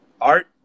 art